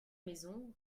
maison